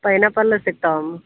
pineapple ಸಿಗ್ತಾವಮ್ಮ